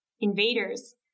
invaders